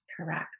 Correct